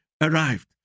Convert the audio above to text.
arrived